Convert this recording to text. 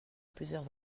plusieurs